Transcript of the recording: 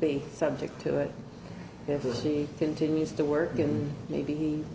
be subject to it if she continues to work and maybe